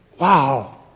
Wow